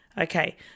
Okay